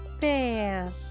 Pear